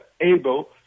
able